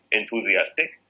enthusiastic